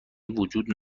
وجود